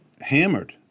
hammered